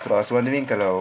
I was wondering kalau